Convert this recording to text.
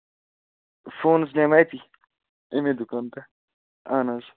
phone حظ نِیوٚو مےٚ أتی اَمے دُکان پٮ۪ٹھ اَہَن حظ